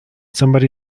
somebody